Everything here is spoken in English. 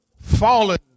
fallen